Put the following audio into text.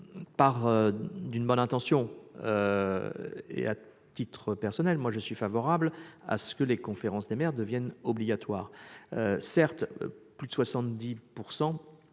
part d'une bonne intention. À titre personnel, je souhaite d'ailleurs que les conférences des maires deviennent obligatoires. Certes, plus de 70